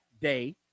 day